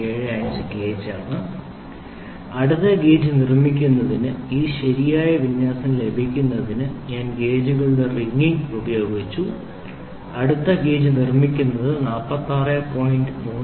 75 gauge ആണ് അടുത്ത gauge നിർമ്മിക്കുന്നതിന് ഈ ശരിയായ വിന്യാസം ലഭിക്കുന്നതിന് ഞാൻ ഗേജുകളുടെ റിംഗിംഗ് ഉപയോഗിച്ചു അടുത്തത് ഗേജ് നിർമ്മിക്കുന്നതിന് 46